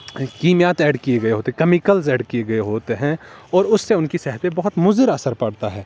کیمیات add کئے گیے ہوتے ہیں کیمیکلز ایڈ کئے گیے ہوتے ہیں اور اس سے ان کی صحت پہ بہت مضر اثر پڑتا ہے